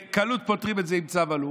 בקלות פותרים את זה עם צו אלוף.